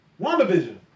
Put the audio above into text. WandaVision